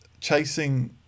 chasing